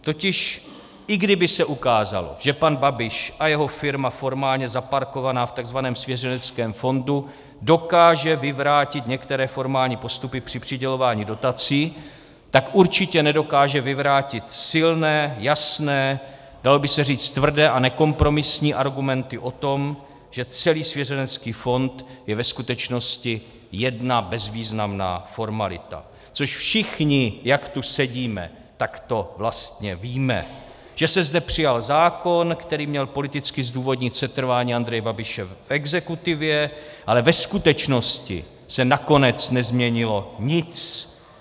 Totiž i kdyby se ukázalo, že pan Babiš a jeho firma formálně zaparkovaná v tzv. svěřeneckém fondu dokáže vyvrátit některé formální postupy při přidělování dotací, tak určitě nedokáže vyvrátit silné, jasné, dalo by se říct tvrdé a nekompromisní argumenty o tom, že celý svěřenecký fond je ve skutečnosti jedna bezvýznamná formalita, což všichni, jak tu sedíme, vlastně víme; že se zde přijal zákon, který měl politicky zdůvodnit setrvání Andreje Babiše v exekutivě, ale ve skutečnosti se nakonec nezměnilo nic.